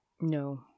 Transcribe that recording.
No